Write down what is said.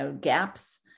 gaps